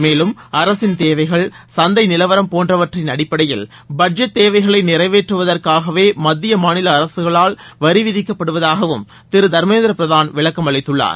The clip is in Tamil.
மேலும் அரசின் தேவைகள் சந்தை நிலவரம் போன்றவற்றின் அடிப்படையில் பட்ஜெட் தேவைகளை நிறைவேற்றுவதற்காகவே மத்திய மாநில அரசுகளால் வரிவிதிக்கப்படுவதாகவும் திரு தர்மேந்திரபிரதான் விளக்கம் அளித்துள்ளார்